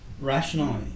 rationally